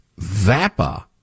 VAPA